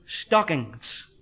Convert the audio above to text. stockings